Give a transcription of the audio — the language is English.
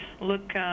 Look